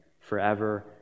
forever